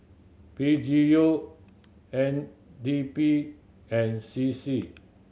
P G U N D P and C C